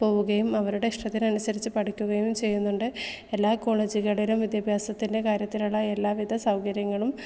പോവുകയും അവരുടെ ഇഷ്ടത്തിനനുസരിച്ച് പഠിക്കുകയും ചെയ്യുന്നുണ്ട് എല്ലാ കോളേജുകളിലും വിദ്യാഭ്യാസത്തിൻ്റെ കാര്യത്തിലുള്ള എല്ലാ വിധ സൗകര്യങ്ങളും